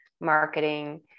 marketing